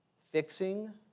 fixing